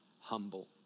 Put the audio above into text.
humble